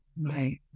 Right